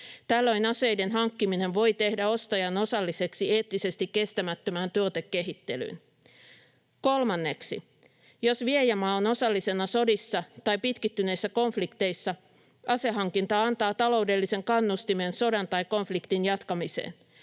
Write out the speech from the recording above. Tällöin aseiden hankkiminen voi tehdä ostajan osalliseksi eettisesti kestämättömään tuotekehittelyyn. Kolmanneksi jos viejämaa on osallisena sodissa tai pitkittyneissä konflikteissa, asehankinta antaa taloudellisen kannustimen sodan tai konfliktin jatkamiseen.